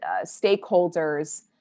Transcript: stakeholders